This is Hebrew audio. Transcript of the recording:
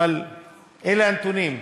אבל אלה הנתונים.